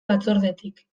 batzordetik